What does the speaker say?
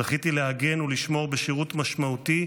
זכיתי להגן ולשמור בשירות משמעותי,